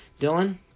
Dylan